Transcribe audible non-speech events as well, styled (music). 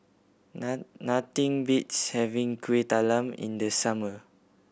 (unintelligible) nothing beats having Kuih Talam in the summer